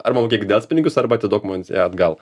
arba mokėk delspinigius arba atiduok man ją atgal